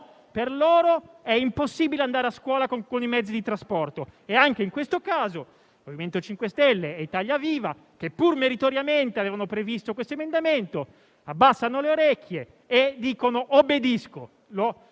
per loro è impossibile andare a scuola con i mezzi di trasporto. Anche in questo caso, MoVimento 5 Stelle e Italia Viva, che pur meritoriamente avevano previsto emendamenti in tal senso, abbassano le orecchie e dicono: obbedisco.